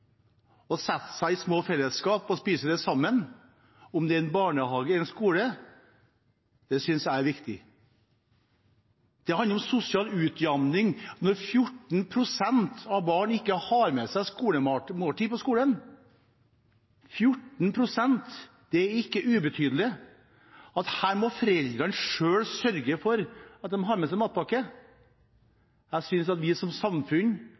seg i små fellesskap og spiser sammen. Om det er en barnehage eller en skole: Det synes jeg er viktig. Det handler om sosial utjevning når 14 pst. av barna ikke har med seg skolemat – 14 pst. er ikke ubetydelig – om at foreldrene selv må sørge for at barna har med seg matpakke. Jeg synes at vi som samfunn